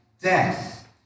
death